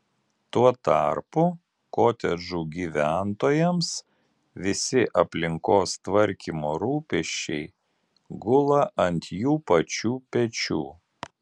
tuo tarpu kotedžų gyventojams visi aplinkos tvarkymo rūpesčiai gula ant jų pačių pečių